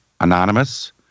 anonymous